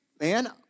man